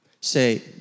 say